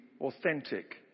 authentic